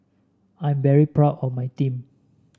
I'm very proud of my team